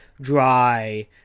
dry